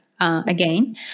Again